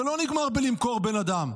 זה לא נגמר בלמכור בן אדם,